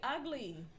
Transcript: ugly